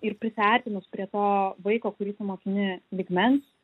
ir prisiartinus prie to vaiko kurį tu mokini lygmens